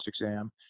exam